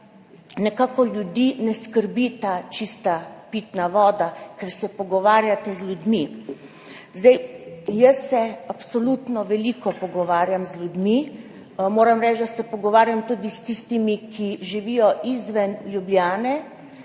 nekako ljudi ne skrbi ta čista pitna voda, ker se pogovarjate z ljudmi. Jaz se absolutno veliko pogovarjam z ljudmi, moram reči, da se pogovarjam tudi s tistimi, ki živijo izven Ljubljane,